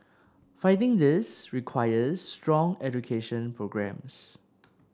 fighting this requires strong education programmes